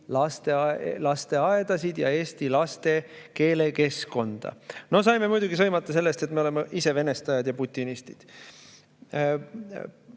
lasteaedasid ja eesti laste keelekeskkonda. Saime muidugi sõimata selle eest – me olevat ise venestajad ja putinistid.